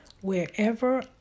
wherever